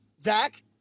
Zach